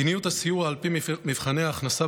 מדיניות הסיוע על פי מבחני ההכנסה